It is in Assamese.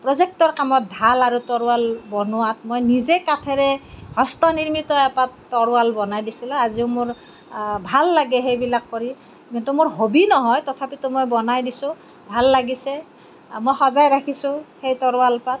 প্ৰজেক্টৰ কামত ঢাল আৰু তৰোৱাল বনোৱাত মই নিজেই কাঠেৰে হস্তনিৰ্মিত এপাত তৰোৱাল বনাই দিছিলো আজিও মোৰ ভাল লাগে সেইবিলাক কৰি কিন্তু মোৰ হবি নহয় তথাপিতো মই বনাই দিছো ভাল লাগিছে মই সজাই ৰাখিছো সেই তৰোৱালপাত